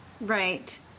Right